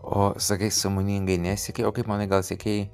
o sakei sąmoningai nesiekei o kaip manai gal sekei